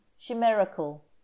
chimerical